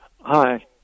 Hi